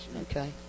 okay